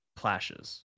clashes